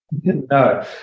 No